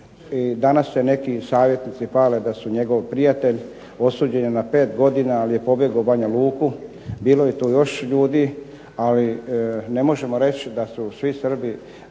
danas se neki savjetnici hvale da su njegov prijatelj, osuđen je na 5 godina, ali je pobjegao u Banja Luku, bilo je tu još ljudi, ali ne možemo reći da su svi Srbi,